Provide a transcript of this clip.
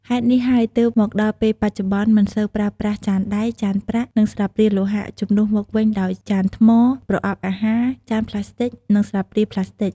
ហេតុនេះហើយទើបមកដល់ពេលបច្ចុប្បន្នមិនសូវប្រើប្រាស់ ចានដែក ចានប្រាក់ និងស្លាបព្រាលោហៈ ជំនួសមកវិញដោយ ចានថ្ម ប្រអប់អាហារ ចានប្លាស្ទិក និងស្លាបព្រាប្លាស្ទិក។